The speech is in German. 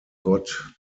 gott